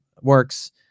works